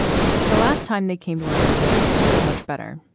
the last time they came to our house, it didn't go much better.